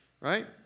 right